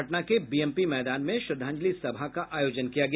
पटना के बीएमपी मैदान में श्रद्धांजलि सभा का आयोजन किया गया